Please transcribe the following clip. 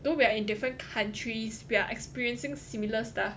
though we are in different countries we are experiencing similar stuff